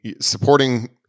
supporting